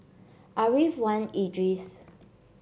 Ariff Wan Idris